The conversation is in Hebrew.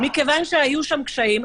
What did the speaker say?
כיוון שהיו שם קשיים,